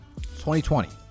2020